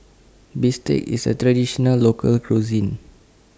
Bistake IS A Traditional Local Cuisine